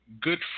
good